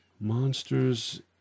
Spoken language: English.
Monsters